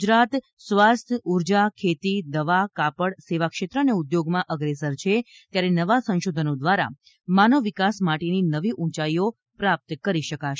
ગુજરાત સ્વાસ્થ્ય ઉર્જા ખેતી દવા કાપડ સેવાક્ષેત્ર અને ઉદ્યોગમાં અગ્રેસર છે ત્યારે નવા સંશોધનો દ્વારા માનવ વિકાસ માટેની નવી ઊંચાઇઓ પ્રાપ્ત કરી શકાશે